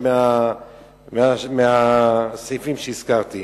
מהמקומות שהזכרתי.